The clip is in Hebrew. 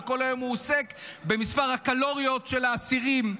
שכל היום עוסק במספר הקלוריות של האסירים,